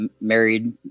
married